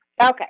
Okay